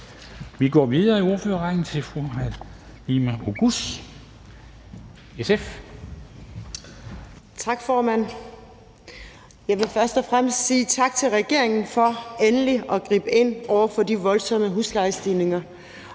SF. Kl. 10:46 (Ordfører) Halime Oguz (SF): Tak, formand. Jeg vil først og fremmest sige tak til regeringen for endelig at gribe ind over for de voldsomme huslejestigninger,